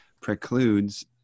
precludes